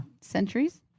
centuries